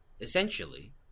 essentially